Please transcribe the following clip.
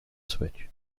switch